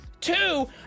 Two